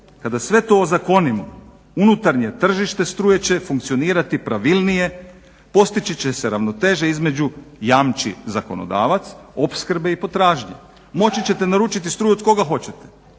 kada sve to ozakonimo unutarnje tržište struje će funkcionirati pravilnije, postići će se ravnoteža između jamči zakonodavac opskrbe i potražnje. Moći ćete naručiti struju od koga hoćete